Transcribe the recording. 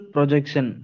Projection